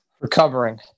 recovering